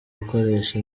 gukoresha